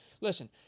Listen